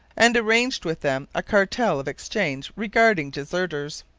and arranged with them a cartel of exchange regarding deserters.